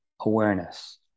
awareness